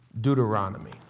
Deuteronomy